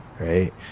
right